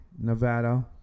Nevada